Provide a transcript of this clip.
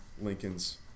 Lincoln's